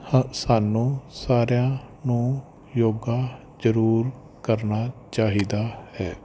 ਸਾਨੂੰ ਸਾਰਿਆਂ ਨੂੰ ਯੋਗਾ ਜ਼ਰੂਰ ਕਰਨਾ ਚਾਹੀਦਾ ਹੈ